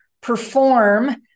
perform